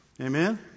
Amen